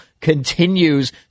continues